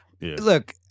Look